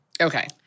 Okay